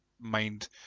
mind